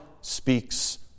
speaks